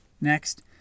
Next